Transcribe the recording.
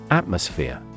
atmosphere